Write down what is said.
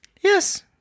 Yes